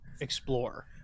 explore